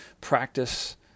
practice